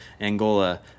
Angola